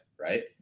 right